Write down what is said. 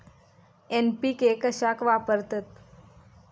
NPK कशाक वापरतत?